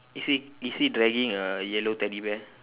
is he is he dragging a yellow teddy bear